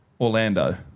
Orlando